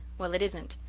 well, it isn't!